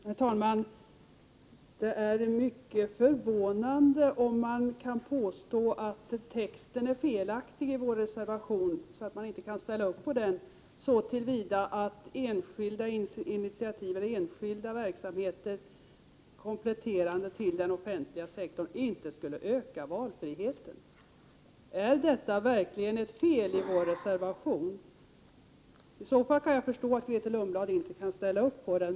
Prot. 1988/89:126 Herr talman! Det är mycket förvånande att man kan påstå att texten är — 1 juni 1989 felaktig i vår reservation och att man inte kan ställa upp på den så till vida att enskilda initiativ och enskilda verksamheter, kompletterande till den offent | liga sektorn, inte skulle öka valfriheten. Är detta verkligen ett fel i vår reservation? I så fall kan jag förstå att Grethe Lundblad inte kan ställa upp på | den.